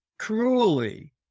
cruelly